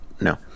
No